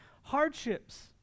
hardships